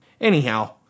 Anyhow